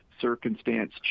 circumstance